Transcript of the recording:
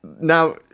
now